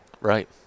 Right